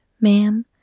ma'am